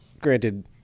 granted –